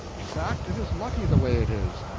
in fact, it is lucky the way it is.